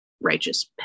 righteous